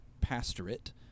pastorate